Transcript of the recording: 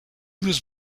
was